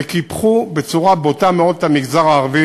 וקיפחו בצורה בוטה מאוד את המגזר הערבי